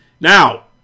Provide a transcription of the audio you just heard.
Now